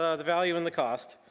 ah the value and the cost.